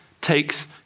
takes